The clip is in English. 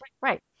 Right